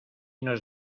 nos